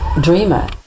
dreamer